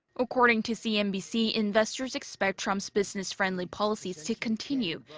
according to cnbc, investors expect trump's business-friendly policies to continue.